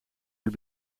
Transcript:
met